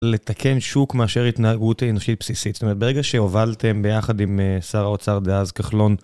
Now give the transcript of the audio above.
לתקן שוק מאשר התנהגות האנושית בסיסית. זאת אומרת, ברגע שהובלתם ביחד עם שר האוצר דאז, כחלון,